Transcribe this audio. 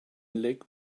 lake